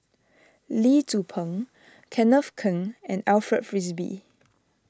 Lee Tzu Pheng Kenneth Keng and Alfred Frisby